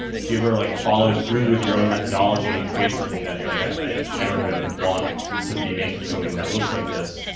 do you ever like follow through with your own methodology and create something that you're like, i i don't even want to be making something that looks like this,